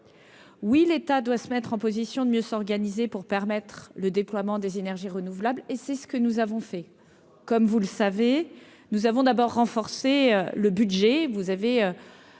oui, l'État doit se mettre en position de mieux s'organiser pour permettre le déploiement des énergies renouvelables et c'est ce que nous avons fait, comme vous le savez, nous avons d'abord renforcé le budget, vous avez